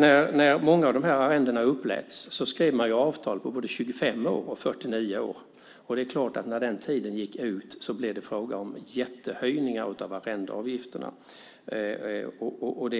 När många av de här arrendeavtalen ingicks skrev man avtal på både 25 år och 49 år. Det är klart att det när den tiden går ut blir fråga om jättehöjningar av arrendeavgifterna. Det